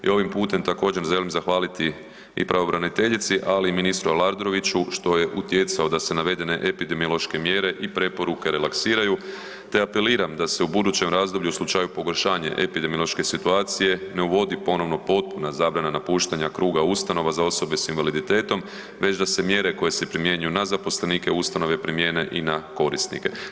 I ovim putem također želim zahvaliti i pravobraniteljici ali i ministru Aladroviću što je utjecao da se navedene epidemiološke mjere i preporuke relaksiraju te apeliram da se u budućem razdoblju u slučaju pogoršanja epidemiološke situacije ne uvodi ponovno potpuna zabrana napuštanja kruga ustanova za osobe s invaliditetom već da se mjere koje se primjenjuju na zaposlenike ustanove primijene i na korisnike.